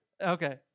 Okay